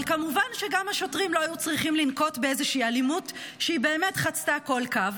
אבל כמובן שגם השוטרים לא היו צריכים לנקוט איזושהי אלימות שחצתה כל קו.